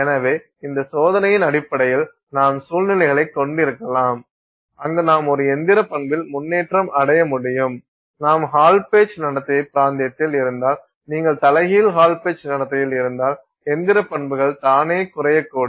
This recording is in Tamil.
எனவே இந்த சோதனையின் அடிப்படையில் நாம் சூழ்நிலைகளை கொண்டிருக்கலாம் அங்கு நாம் ஒரு இயந்திர பண்பில் முன்னேற்றம் அடைய முடியும் நாம் ஹால் பெட்ச்நடத்தை பிராந்தியத்தில் இருந்தால் நீங்கள் தலைகீழ் ஹால் பெட்ச் நடத்தையில் இருந்தால் இயந்திர பண்புகள் தானே குறையக்கூடும்